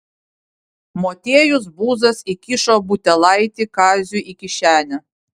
motiejus buzas įkišo butelaitį kaziui į kišenę